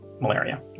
malaria